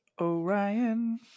Orion